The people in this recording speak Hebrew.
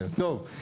טוב.